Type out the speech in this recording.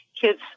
kids